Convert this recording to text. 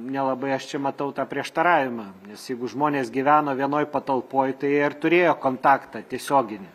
nelabai aš čia matau tą prieštaravimą nes jeigu žmonės gyveno vienoj patalpoj tai jie ir turėjo kontaktą tiesioginį